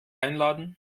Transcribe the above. einladen